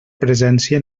presència